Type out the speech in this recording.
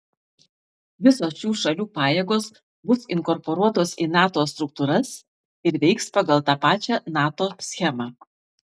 visos šių šalių pajėgos bus inkorporuotos į nato struktūras ir veiks pagal tą pačią nato schemą